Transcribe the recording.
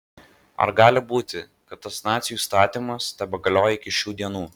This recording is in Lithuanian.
ar gali būti kad tas nacių įstatymas tebegalioja iki šių dienų